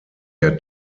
der